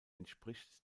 entspricht